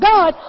God